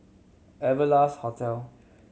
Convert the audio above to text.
Wanderlust Hotel